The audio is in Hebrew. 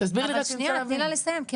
תני לי לסיים, תני לי לסיים.